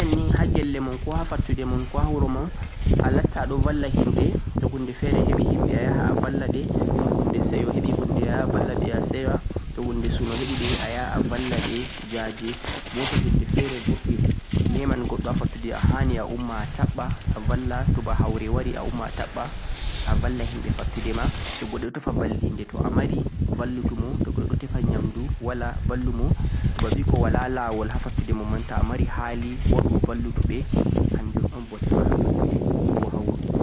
Alatta a vallowo himɓe ha nder wuro, a saina himɓe, a yurmina himɓe sannan bo haɗa ɓona-ɓonaku